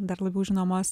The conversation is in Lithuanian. dar labiau žinomos